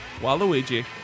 Waluigi